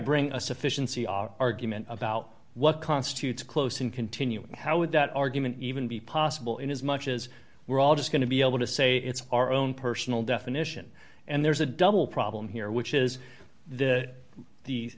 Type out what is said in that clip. bring a sufficiency our argument about what constitutes close and continuing how would that argument even be possible in as much as we're all just going to be able to say it's our own personal definition and there's a double problem here which is the the